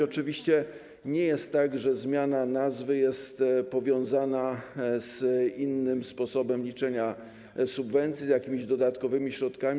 Oczywiście nie jest tak, że zmiana nazwy jest powiązana z innym sposobem liczenia subwencji, z jakimiś dodatkowymi środkami.